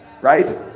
Right